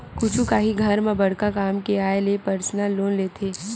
कुछु काही घर म बड़का काम के आय ले परसनल लोन लेथे